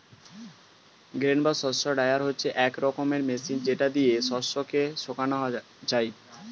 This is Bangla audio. গ্রেন বা শস্য ড্রায়ার হচ্ছে এক রকমের মেশিন যেটা দিয়ে শস্য কে শোকানো যায়